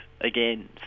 again